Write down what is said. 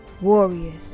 warriors